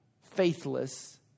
faithless